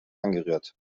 angerührt